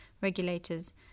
regulators